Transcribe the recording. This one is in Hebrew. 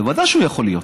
ודאי שהוא יכול להיות.